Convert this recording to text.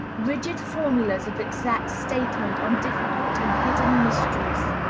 rigid formulas of exact statement on difficult and hidden mysteries.